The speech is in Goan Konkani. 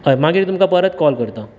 हय मागीर तुमकां परत कॉल करता